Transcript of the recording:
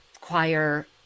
choir